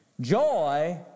joy